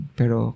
pero